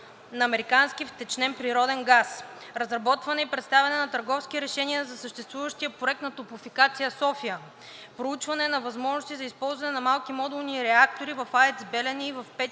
на американски втечнен природен газ; - разработване и представяне на търговски решения за съществуващия проект за „Топлофикация София“; - проучване на възможностите за използване на малки модулни реактори в АЕЦ „Белене“ и